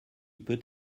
peut